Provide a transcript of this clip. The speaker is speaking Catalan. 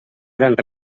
gran